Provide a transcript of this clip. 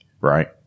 Right